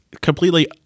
completely